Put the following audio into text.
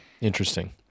interesting